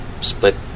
split